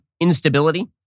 instability